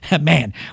man